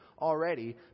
already